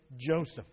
Joseph